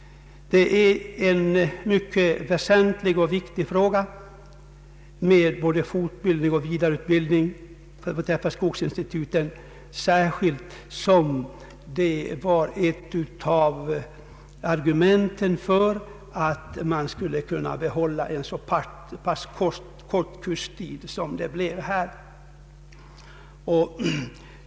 Det är en mycket väsentlig och viktig fråga denna om fortbildning och vidareutbildning vid skogsinstituten, särskilt som det var ett av argumenten för att man skulle kunna behålla en så pass kort kurstid som man stannat för här.